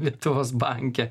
lietuvos banke